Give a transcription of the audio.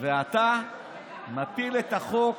ואתה מפיל את החוק